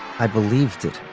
i believed it.